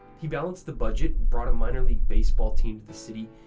he balanced the budget, brought a minor league baseball team to the city,